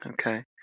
Okay